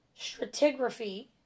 stratigraphy